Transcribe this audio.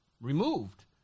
Removed